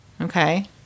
Okay